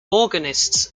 organists